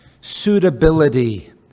suitability